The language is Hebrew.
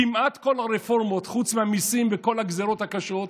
כמעט כל הרפורמות, חוץ מהמיסים והגזרות הקשות,